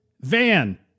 van